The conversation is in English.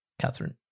Catherine